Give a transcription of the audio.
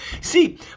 see